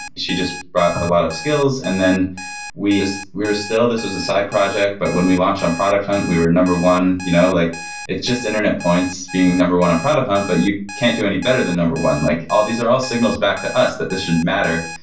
she just brought a lot of skills and then we were still this was a side project, but when we launched on product hunt we were number one. you know like it's just internet points being number one on product hunt, but you can't do any better than number one. like all these are all signals back to us that this shouldn't matter,